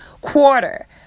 quarter